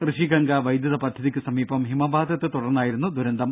ഋഷിഗംഗ വൈദ്യുതപദ്ധതിയ്ക്ക് സമീപം ഹിമപാതത്തെ തുടർന്നായിരുന്നു ദുരന്തം